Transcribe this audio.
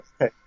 okay